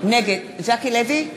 נגד מיקי לוי,